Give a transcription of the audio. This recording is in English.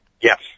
yes